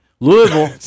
Louisville